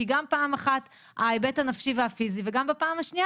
כי גם פעם אחת ההיבט הנפשי והפיזי וגם בפעם השנייה